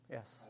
Yes